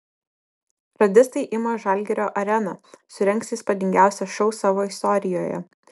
radistai ima žalgirio areną surengs įspūdingiausią šou savo istorijoje